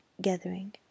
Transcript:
gathering